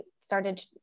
started